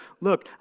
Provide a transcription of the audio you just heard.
look